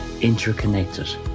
interconnected